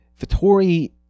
vittori